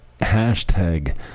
Hashtag